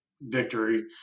victory